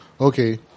okay